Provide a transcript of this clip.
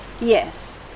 Yes